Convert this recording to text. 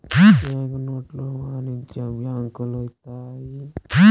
bank నోట్లు వాణిజ్య బ్యాంకులు ఇత్తాయి